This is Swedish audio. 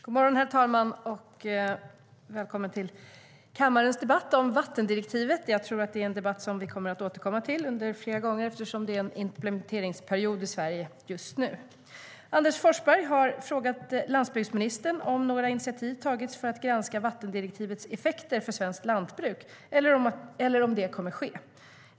Svar på interpellationerAnders Forsberg har frågat landsbygdsministern om några initiativ tagits för att granska vattendirektivets effekter för svenskt lantbruk eller om det kommer att ske.